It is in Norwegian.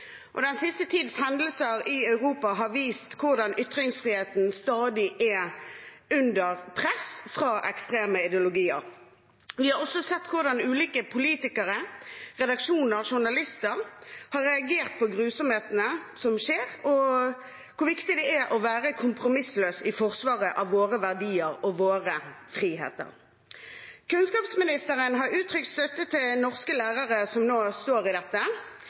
Den siste tids hendelser i Europa har vist hvordan ytringsfriheten stadig er under press fra ekstreme ideologier. Vi har også sett hvordan ulike politikere, redaksjoner og journalister har reagert på grusomhetene som skjer, og hvor viktig det er å være kompromissløs i forsvaret av våre verdier og vår frihet. Kunnskapsministeren har uttrykt støtte til norske lærere som nå står i dette.